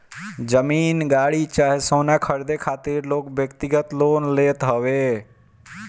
जमीन, गाड़ी चाहे सोना खरीदे खातिर लोग व्यक्तिगत लोन लेत हवे